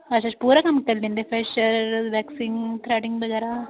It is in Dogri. अच्छा अच्छा पूरा कम्म करी लैंदे फ्रेशर वैकसिंग थ्रेडिंग बगैरा